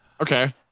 Okay